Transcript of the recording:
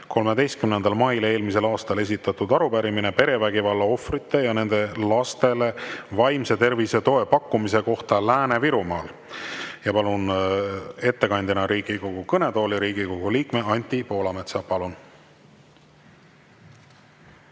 13. mail eelmisel aastal esitatud arupärimine perevägivalla ohvrite ja nende lastele vaimse tervise toe pakkumise kohta Lääne-Virumaal. Palun ettekandjana Riigikogu kõnetooli Riigikogu liikme Anti Poolametsa. Palun!